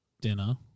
dinner